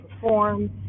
perform